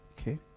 Okay